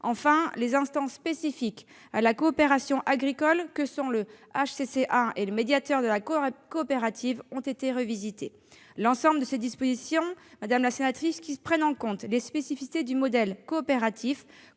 Enfin, les instances spécifiques à la coopération agricole que sont le HCCA et le médiateur de la coopérative ont été revisitées. L'ensemble de ces dispositions, madame la sénatrice, qui prennent en compte les spécificités du modèle coopératif,